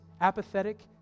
apathetic